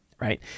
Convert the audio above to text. right